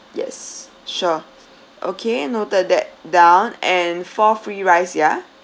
yes sure okay noted that down and four free rice ya